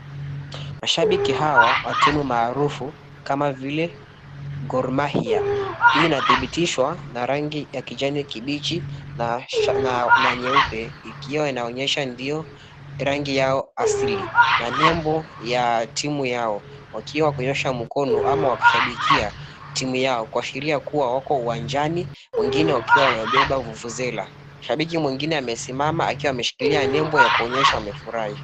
Mashabiki hawa wa team maarufu kama vile goalmahia, inadhibitishwa na rangi ya kijani kibichi na nyeupe ikiwa inaonyesha ndio rangi yao asili na lebo ya team yao, wakiwa kuiosha mkono ama kushabikia team yao kuashilia kuwa wako uwanjani mwengine wakiwa wamebeba vuvuzela. Shabiki mwengine amesimama akiwa ameshikilia lebo ya kuonyesha wamefurahi.